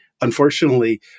Unfortunately